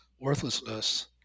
worthlessness